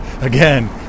Again